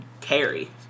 carry